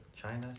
China